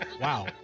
Wow